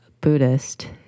Buddhist